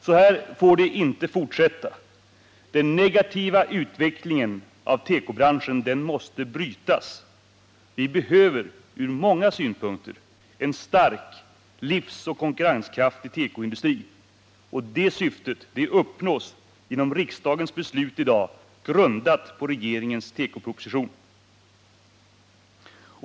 Så här får det inte fortsätta. Den negativa utvecklingen inom tekobranschen måste brytas. Vi behöver ur många synpunkter en stark, livsoch konkurrenskraftig tekoindustri. Och det syftet uppnås genom riksdagens beslut i dag, grundat på regeringens tekoproposition.